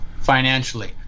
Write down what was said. financially